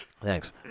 Thanks